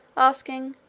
asking,